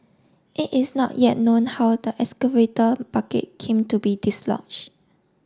it is not yet known how the excavator bucket came to be dislodged